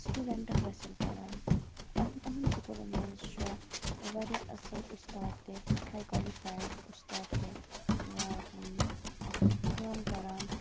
student حٲصل کَران اَہ یِمَن سکوٗلن منٛز چھُ واریاہ اصل اُستاد تہِ ہاے کالِفایڑ اُستاد تہِ کٲم کَران